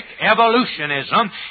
evolutionism